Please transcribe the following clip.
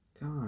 God